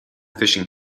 fishing